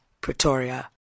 Pretoria